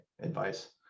advice